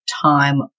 time